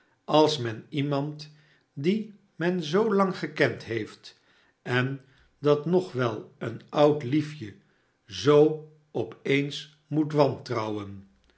als men iemand die men zoolang gekend heeft en dat nog wel een oud liefje zoo op eens moet wantrouwen